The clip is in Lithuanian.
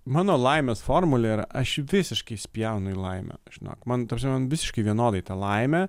mano laimės formulė ir aš visiškai spjaunu į laimę žinok man ta prasme man visiškai vienodai ta laimė